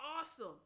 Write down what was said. awesome